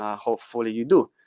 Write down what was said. ah hopefully you do.